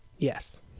yes